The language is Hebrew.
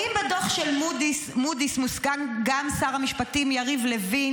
האם בדוח של מודי'ס מוזכר גם שר המשפטים יריב לוין,